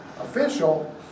official